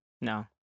No